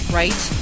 right